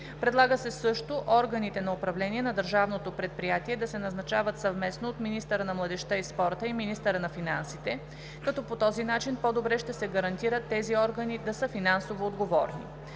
Предлага се също органите на управление на държавното предприятие да се назначават съвместно от министъра на младежта и спорта и министъра на финансите, като по този начин по-добре ще се гарантира тези органи да са финансово отговорни.